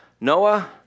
Noah